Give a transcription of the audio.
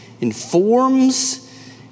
informs